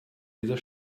dieser